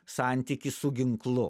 santykį su ginklu